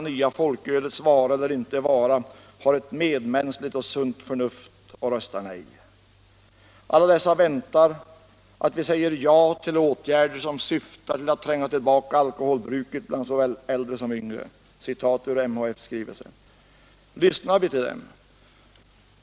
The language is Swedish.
nya folkölets vara eller inte vara, har ett medmänskligt och sunt förnuft och röstar Nej.” Alla dessa väntar, såsom det sägs i MHF:s skrivelse, att vi ”säger ja till åtgärder som syftar till att tränga tillbaka alkoholbruket bland såväl äldre som yngre”. Lyssnar vi till dem?